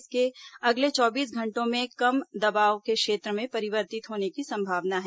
इसके अगले चौबीस घंटों में कम दबाव के क्षेत्र में परिवर्तित होने की संभावना है